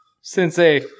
Sensei